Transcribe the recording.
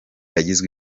yagizwe